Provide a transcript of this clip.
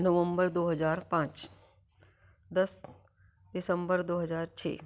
नवम्बर दो हज़ार पाँच दस दिसम्बर दो हज़ार छः